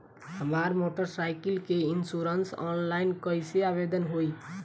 हमार motorcycle के insurance online कईसे आवेदन होई?